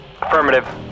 Affirmative